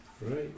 Right